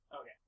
Okay